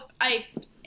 iced